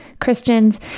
christians